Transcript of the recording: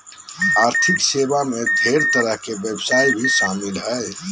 आर्थिक सेवा मे ढेर तरह के व्यवसाय भी शामिल हय